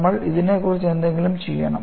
നമ്മൾ ഇതിനെക്കുറിച്ച് എന്തെങ്കിലും ചെയ്യണം